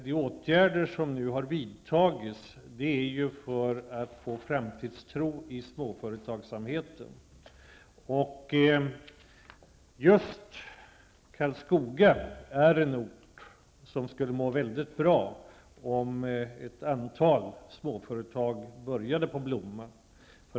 De åtgärder som nu har vidtagits syftar till att ge framtidstro i småföretagssamheten. Just Karlskoga är en ort som skulle må mycket bra om ett antal småföretag började blomma.